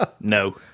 No